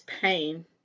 pain